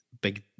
Big